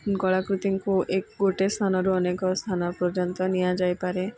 କଳାକୃତିଙ୍କୁ ଏକ ଗୋଟେ ସ୍ଥାନରୁ ଅନେକ ସ୍ଥାନ ପର୍ଯ୍ୟନ୍ତ ନିଆଯାଇପାରେ